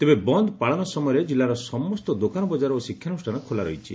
ତେବେ ବନ୍ଦ ପାଳନ ସମୟରେ ଜିଲ୍ୱାର ସମ୍ ଦୋକାନବଜାର ଓ ଶିକ୍ଷାନ୍ଷାନ ଖୋଲା ରହିଛି